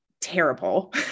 terrible